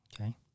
okay